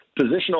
positional